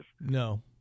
No